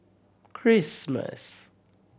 Christmas